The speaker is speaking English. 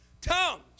tongues